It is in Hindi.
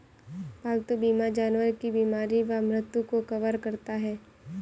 पालतू बीमा जानवर की बीमारी व मृत्यु को कवर करता है